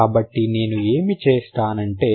కాబట్టి నేను ఏమి చేస్తానంటే